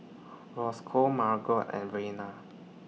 Roscoe Margot and Reanna